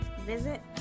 visit